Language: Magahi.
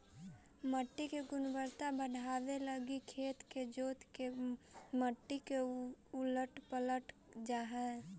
मट्टी के गुणवत्ता बढ़ाबे लागी खेत के जोत के मट्टी के उलटल पलटल जा हई